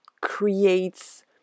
creates